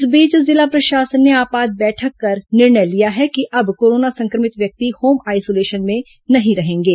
इस बीच जिला प्रशासन ने आपात बैठक कर निर्णय लिया है कि अब कोरोना संक्रमित व्यक्ति होम आईसोलेशन में नहीं रहेंगे